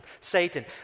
Satan